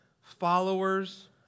Followers